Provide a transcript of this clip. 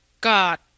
god